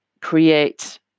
create